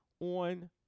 on